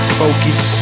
focus